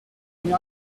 n’ai